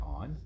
on